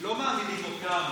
לא מעמידים אותם